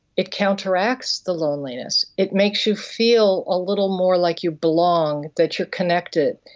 it counteracts the loneliness, it makes you feel a little more like you belong, that you're connected,